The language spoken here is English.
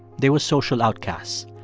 they were social outcasts.